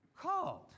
called